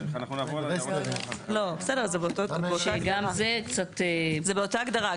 זה באותה הגדרה.